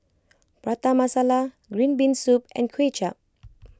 Prata Masala Green Bean Soup and Kuay Chap